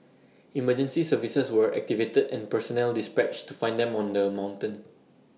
emergency services were activated and personnel dispatched to find them on the mountain